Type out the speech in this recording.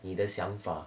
你的想法